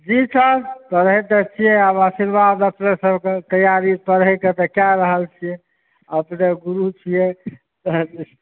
जी sir पढ़ै तऽ छिए अब आशिर्वाद अपने सभके तैयारी पढ़ैके तऽ कऽ रहल छिए अपने गुरु छिए तहन